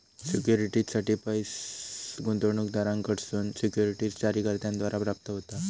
सिक्युरिटीजसाठी पैस गुंतवणूकदारांकडसून सिक्युरिटीज जारीकर्त्याद्वारा प्राप्त होता